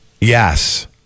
Yes